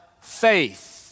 faith